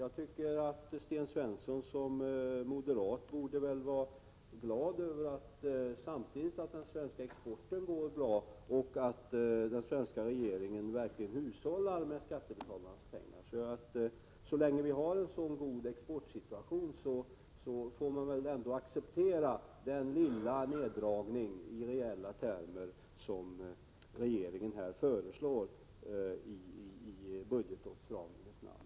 Jag tycker att Sten Svensson som moderat snarast borde vara glad över att den svenska exporten går bra samtidigt som den svenska regeringen verkligen hushållar med skattebetalarnas pengar. Så länge vi har en så god exportsituation får man väl ändå acceptera den lilla neddragning i reella termer som regeringen här föreslår i budgetåtstramningens namn.